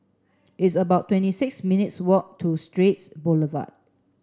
it's about twenty six minutes' walk to Straits Boulevard